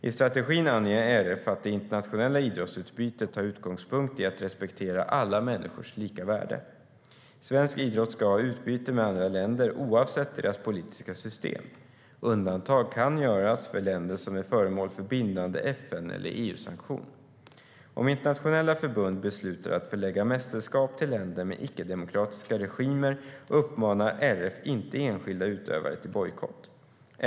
I strategin anger RF att det internationella idrottsutbytet tar utgångspunkt i att respektera alla människors lika värde. Svensk idrott ska ha utbyte med andra länder oavsett deras politiska system. Undantag kan göras för länder som är föremål för bindande FN eller EU-sanktion. Om internationella förbund beslutar att förlägga mästerskap till länder med icke-demokratiska regimer uppmanar RF inte enskilda utövare till bojkott.